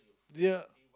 ya